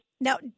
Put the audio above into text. Now